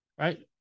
right